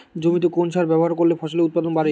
জমিতে কোন সার ব্যবহার করলে ফসলের উৎপাদন বাড়ে?